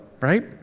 right